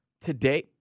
today